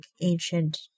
ancient